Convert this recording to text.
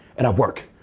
and i work.